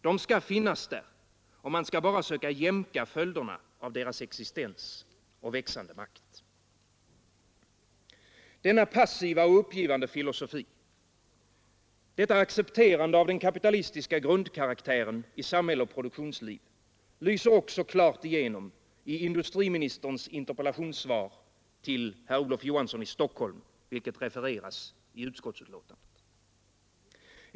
De skall finnas där, och man skall endast söka jämka följderna av deras existens och växande makt. Denna passiva och uppgivande filosofi, detta accepterande av den kapitalistiska grundkaraktären i samhälle och produktionsliv, lyser också klart igenom i industriministerns interpellationssvar till herr Olof Johansson i Stockholm, vilket refereras i utskottsbetänkandet.